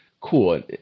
cool